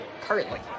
currently